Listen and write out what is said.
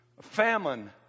famine